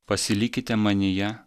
pasilikite manyje